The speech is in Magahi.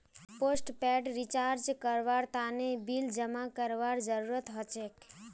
पोस्टपेड रिचार्ज करवार तने बिल जमा करवार जरूरत हछेक